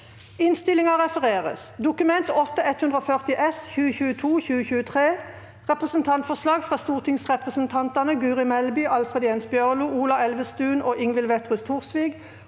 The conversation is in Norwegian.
følgende v e d t a k : Dokument 8:140 S (2022–2023) – Representantforslag fra stortingsrepresentantene Guri Melby, Alfred Jens Bjørlo, Ola Elvestuen og Ingvild Wetrhus Thorsvik